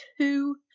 two